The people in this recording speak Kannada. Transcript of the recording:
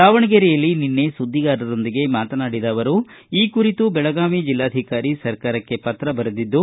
ದಾವಣಗೆರೆಯಲ್ಲಿ ನಿನ್ನೆ ಸುದ್ದಿಗಾರರೊಂದಿಗೆ ಮಾತನಾಡಿದ ಅವರು ಈ ಕುರಿತು ಬೆಳಗಾವಿ ಜಿಲ್ಲಾಧಿಕಾರಿ ಸರ್ಕಾರಕ್ಕೆ ಪತ್ರ ಬರೆದಿದ್ದು